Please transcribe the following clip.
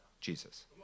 Jesus